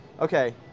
okay